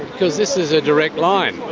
because this is a direct line.